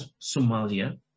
Somalia